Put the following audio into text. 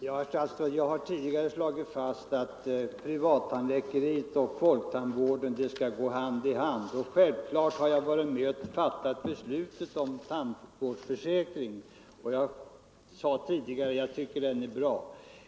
Herr talman! Jag har tidigare slagit fast att privattandläkeriet och folktandvården skall gå hand i hand. Självklart har jag varit med och fattat beslutet om tandvårdsförsäkringen och, som jag sade tidigare, tycker jag den är bra.